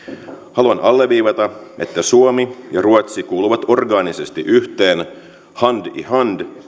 haluan alleviivata että suomi ja ruotsi kuuluvat orgaanisesti yhteen hand i hand